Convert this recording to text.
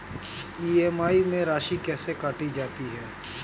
EMI में राशि कैसे काटी जाती है?